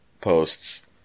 posts